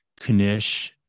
Kanish